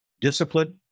discipline